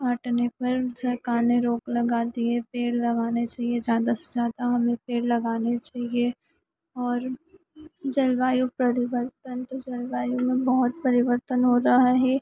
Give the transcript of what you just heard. काटने पर सरकार ने रोक लगा दी है पेड़ लगाने चाहिए ज़्यादा से ज़्यादा हमें पेड़ लगाने चाहिए और जलवायु परिवर्तन तो जलवायु में बहुत परिवर्तन हो रहा है